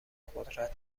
قدرت